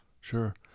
Sure